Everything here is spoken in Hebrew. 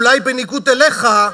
אולי בניגוד אליך,